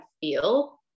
feel